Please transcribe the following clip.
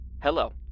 Hello